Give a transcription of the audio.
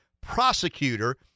prosecutor